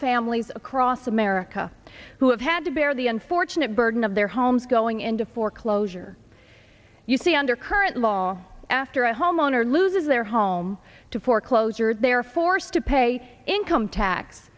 families across america who have had to bear the unfortunate burden of their homes going into foreclosure you see under current law after a homeowner loses their home to foreclosure they are forced to pay income tax